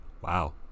Wow